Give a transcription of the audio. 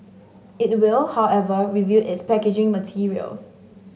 it will however review its packaging materials